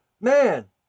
man